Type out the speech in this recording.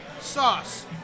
sauce